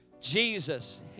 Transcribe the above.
Jesus